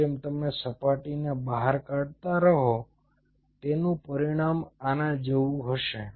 જેમ જેમ તમે સપાટીને બહાર કાઢતા રહો તેનું પરિણામ આના જેવું હશે